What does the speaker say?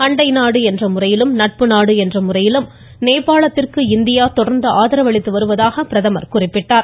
அண்டை நாடு என்ற முறையிலும் நட்பு நாடு என்ற முறையிலும் நேபாளத்திற்கு இந்தியா தொடர்ந்து ஆதரவளித்து வருவதாக பிரதமர் குறிப்பிட்டார்